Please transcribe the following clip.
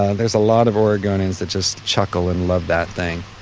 ah there's a lot of oregonians that just chuckle and love that thing.